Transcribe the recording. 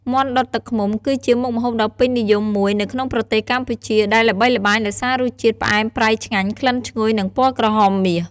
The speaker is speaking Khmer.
មាន់ដុតទឹកឃ្មុំ គឺជាមុខម្ហូបដ៏ពេញនិយមមួយនៅក្នុងប្រទេសកម្ពុជា ដែលល្បីល្បាញដោយសាររសជាតិផ្អែមប្រៃឆ្ងាញ់ ក្លិនឈ្ងុយ និងពណ៌ក្រហមមាស។